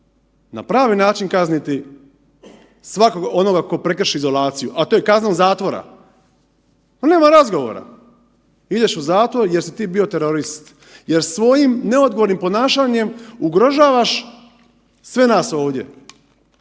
na pravi način kazniti svakog onoga tko prekrši izolaciju, a to je kazna zatvora, pa nema razgovora. Ideš u zatvor jer si ti bio terorist. Jer svojim neodgovornim ponašanjem ugrožavaš sve nas ovdje.